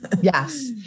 yes